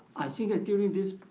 i think that doing this,